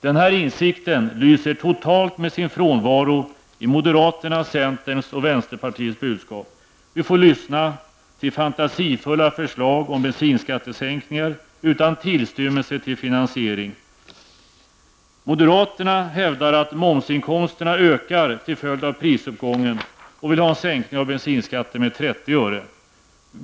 Denna insikt lyser totalt med sin frånvaro i moderaternas, centerns och vänsterpartiets budskap. Vi får lyssna till fantasifulla förslag om bensinskattesänkningar, utan tillstymmelse till finansiering. Moderaterna hävdar att momsinkomsterna ökar till följd av prisuppgången och vill ha en sänkning av bensinskatten med 30 öre.